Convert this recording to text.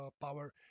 power